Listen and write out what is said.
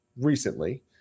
recently